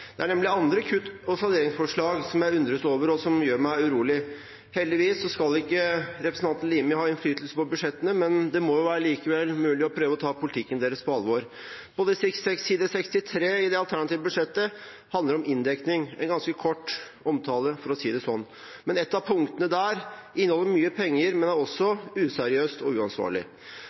Det er nemlig andre kutt og salderingsforslag som jeg undres over, og som gjør meg urolig. Heldigvis skal ikke representanten Limi ha innflytelse på budsjettene, men det må likevel være mulig å prøve å ta politikken deres på alvor. På side 63 i det alternative budsjettet til Fremskrittspartiet handler det om inndekning. Det er en ganske kort omtale, for å si det sånn. Ett av punktene der inneholder mye penger, men er også useriøst og uansvarlig.